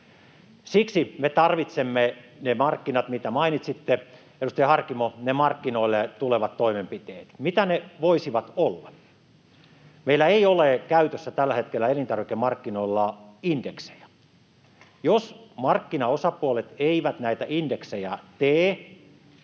Siksi me tarvitsemme ne markkinat, mitkä mainitsitte. Edustaja Harkimo, ne markkinoille tulevat toimenpiteet, mitä ne voisivat olla? Meillä ei ole käytössä tällä hetkellä elintarvikemarkkinoilla indeksejä. Jos markkinaosapuolet eivät näitä indeksejä tee,